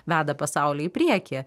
veda pasaulį į priekį